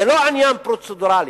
זה לא עניין פרוצדורלי.